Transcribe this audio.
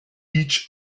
each